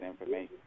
information